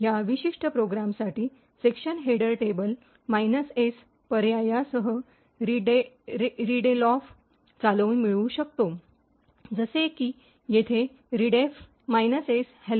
या विशिष्ट प्रोग्रामसाठी सेक्शन हेडर टेबल S पर्यायासह रीडेलॉफ चालवून मिळू शकते जसे की येथे रीडेएफ -एस हॅलो